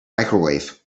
microwave